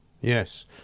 Yes